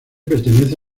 pertenece